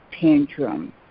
tantrum